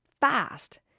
fast